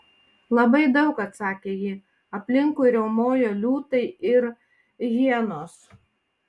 labai daug atsakė ji aplinkui riaumojo liūtai ir hienos